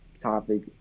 topic